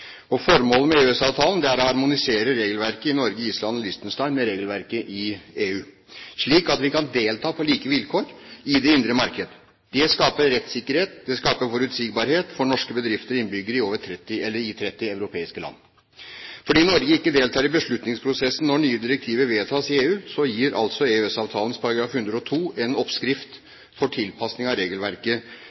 Formålet med EØS-avtalen er å harmonisere regelverket i Norge, Island og Liechtenstein med regelverket i EU, slik at vi kan delta på like vilkår i det indre marked. Det skaper rettssikkerhet og forutsigbarhet for norske bedrifter og innbyggere i 30 europeiske land. Fordi Norge ikke deltar i beslutningsprosessen når nye direktiver vedtas i EU, gir altså EØS-avtalens artikkel 102 en oppskrift for tilpasning av regelverket